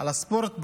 על הספורט,